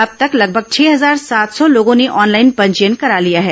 अब तक लगभग छह हजार सात सौ लोगों ने ऑनलाइन पंजीयन करा लिया है